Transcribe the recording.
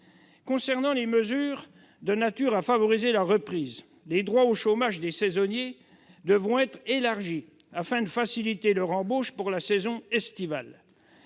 viens aux mesures de nature à favoriser la reprise. Les droits au chômage des saisonniers devront être élargis afin de faciliter leur embauche pour la saison estivale.